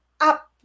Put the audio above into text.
up